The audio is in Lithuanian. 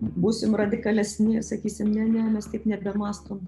būsim radikalesni sakysim ne ne mes taip nebemąstom